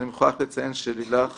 אני מוכרח לציין שלילך